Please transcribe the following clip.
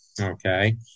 Okay